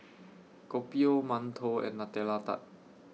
Kopi O mantou and Nutella Tart